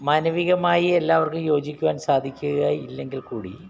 മാനവികമായി എല്ലാവർക്കും യോജിക്കുവാൻ സാധിക്കുക ഇല്ലെങ്കിൽ കൂടി